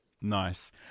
Nice